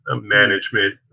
management